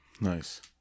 nice